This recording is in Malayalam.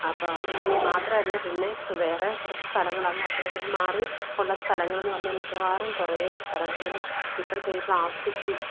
അപ്പോൾ അതു മാത്രല്ല വേറെ കുറച്ച് സ്ഥലങ്ങൾ അപ്പുറത്തേക്ക് മാറി ഉള്ള സ്ഥലങ്ങളെന്ന് പറഞ്ഞാൽ മിക്കവാറും കുറേ സ്ഥലങ്ങളിലും ഇപ്പോഴത്തെ ഈ പ്ലാസ്റ്റിക്കും